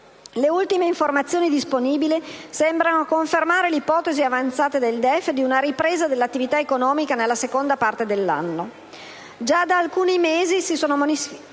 Le ultime informazioni disponibili sembrano confermare l'ipotesi avanzata dal DEF di una ripresa dell'attività economica nella seconda parte dell'anno. Già da alcuni mesi si sono manifestati